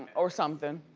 or somethin'.